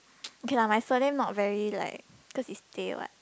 okay lah my surname not very like cause it's Tay what